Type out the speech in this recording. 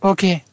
Okay